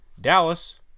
Dallas